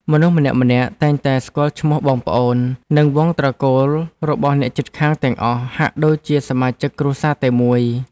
មនុស្សម្នាក់ៗតែងតែស្គាល់ឈ្មោះបងប្អូន និងវង្សត្រកូលរបស់អ្នកជិតខាងទាំងអស់ ហាក់ដូចជាសមាជិកក្នុងគ្រួសារតែមួយ។